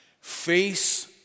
face